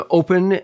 open